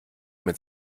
mit